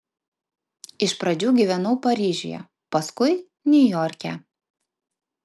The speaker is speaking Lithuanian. iš pradžių gyvenau paryžiuje paskui niujorke